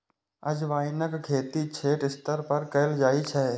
अजवाइनक खेती छोट स्तर पर कैल जाइ छै